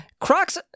Crocs